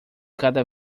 cada